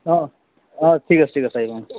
অঁ অঁ ঠিক আছে ঠিক আছে আহিব